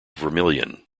vermilion